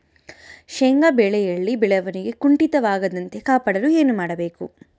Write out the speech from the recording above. ಶೇಂಗಾ ಬೆಳೆಯಲ್ಲಿ ಬೆಳವಣಿಗೆ ಕುಂಠಿತವಾಗದಂತೆ ಕಾಪಾಡಲು ಏನು ಮಾಡಬೇಕು?